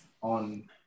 on